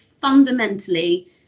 fundamentally